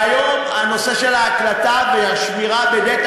והיום הנושא של הקלטה ושמירה ב-data